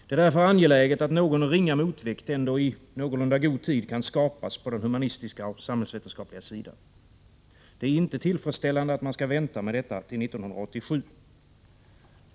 Det är därför angeläget att någon ringa motvikt ändå i någorlunda god tid kan skapas på den humanistiska och samhällsvetenskapliga sidan. Det är inte tillfredsställande att man skall vänta med detta till 1987.